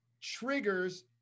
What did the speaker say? triggers